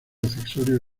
accesorios